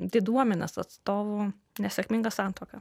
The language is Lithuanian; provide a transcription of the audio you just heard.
diduomenės atstovų nesėkminga santuoka